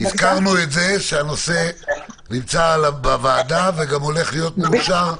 הזכרנו שהנושא נמצא בוועדה וגם הולך להיות מאושר,